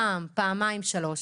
פעם-שלוש,